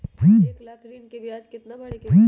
एक लाख ऋन के ब्याज केतना भरे के होई?